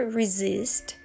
resist